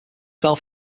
myself